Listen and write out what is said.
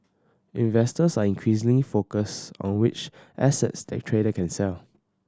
investors are increasingly focused on which assets the trader can sell